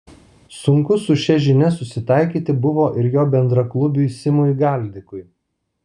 sunku su šia žinia susitaikyti buvo ir jo bendraklubiui simui galdikui